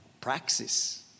praxis